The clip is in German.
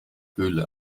höhle